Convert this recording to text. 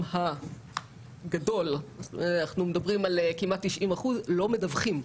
הגדול של המוסדות לא מדווחים.